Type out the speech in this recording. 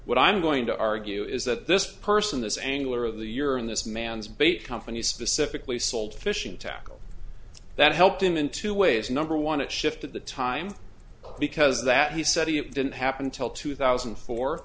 what i'm going to argue is that this person this angler of the year in this man's bait company specifically sold fishing tackle that helped him in two ways number one it shifted the time because that he said he it didn't happen until two thousand